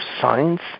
science